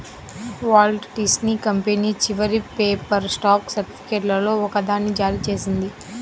Walt Disney company చివరి paper stock సర్టిఫికేట్లలో ఒకదాన్ని జారీ చేసింది